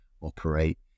operate